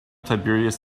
tiberius